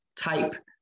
type